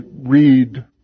read